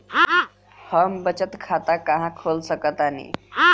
हम बचत खाता कहां खोल सकतानी?